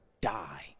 die